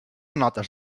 notes